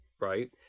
Right